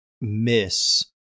miss